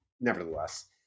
nevertheless